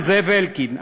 לזאב אלקין,